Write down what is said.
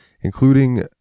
including